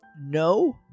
no